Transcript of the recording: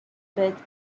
birth